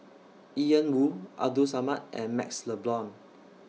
Ian Woo Abdul Samad and MaxLe Blond